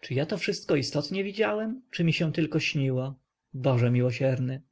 czy ja to wszystko istotnie widziałem czy mi się tylko śniło boże miłosierny